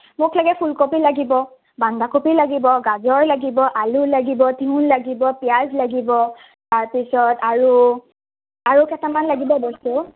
মোক লাগে ফুলকবি লাগিব বন্ধাকবি লাগিব গাজৰ লাগিব আলু লাগিব তিয়ঁহ লাগিব পিঁয়াজ লাগিব তাৰপিছত আৰু আৰু কেইটামান লাগিব বস্তু